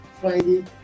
Friday